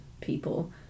people